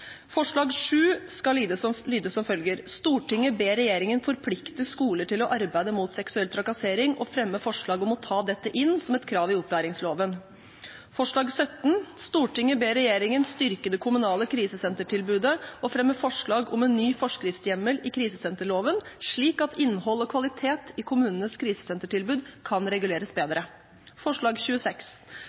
Forslag nr. 7 skal lyde som følger: «Stortinget ber regjeringen forplikte skoler til å arbeide mot seksuell trakassering og fremme forslag om å ta dette inn som et krav i opplæringsloven.» Forslag nr. 17: «Stortinget ber regjeringen styrke det kommunale krisesentertilbudet og fremme forslag om en ny forskriftshjemmel i krisesenterloven slik at innhold og kvalitet i kommunenes krisesentertilbud kan reguleres bedre.» Forslag nr. 26: